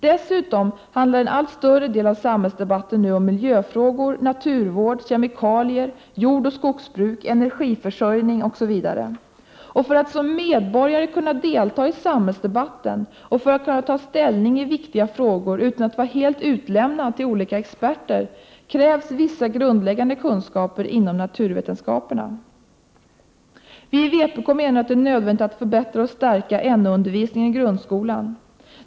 Dessutom handlar en allt större del av samhällsdebatten nu om miljöfrågor, naturvård, kemikalier, jordoch skogsbruk, energiförsörjning osv. För att som medborgare kunna delta i samhällsdebatten och för att kunna ta ställning i viktiga frågor utan att vara helt utlämnad till olika experter krävs vissa grundläggande kunskaper inom naturvetenskaperna. Vi i vpk menar att det är nödvändigt att förbättra och stärka NO undervisningen i grundskolan.